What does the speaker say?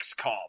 XCOM